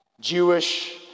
Jewish